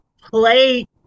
play